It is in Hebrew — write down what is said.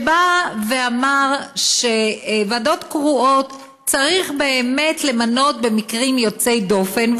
שלפיו ועדות קרואות צריך באמת למנות במקרים יוצאי דופן,